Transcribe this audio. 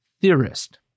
theorist